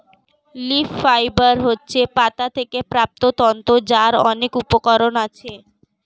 leaf fibre হচ্ছে পাতা থেকে প্রাপ্ত তন্তু যার অনেক উপকরণ আছে